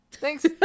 thanks